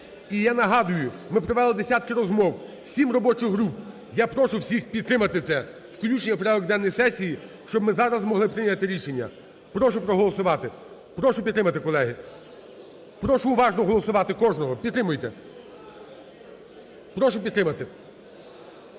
І я нагадую, ми провели десятки розмов, 7 робочих груп, я прошу всіх підтримати це включення в порядок денний сесії, щоб ми зараз змогли прийняти рішення. Прошу проголосувати. Прошу підтримати, колеги. Прошу уважно голосувати кожного. Підтримуйте. Прошу підтримати.